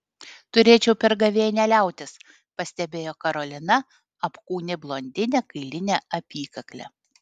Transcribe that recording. turėčiau per gavėnią liautis pastebėjo karolina apkūni blondinė kailine apykakle